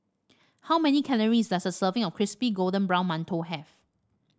how many calories does a serving of Crispy Golden Brown Mantou have